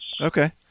Okay